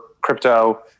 crypto